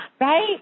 right